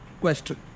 question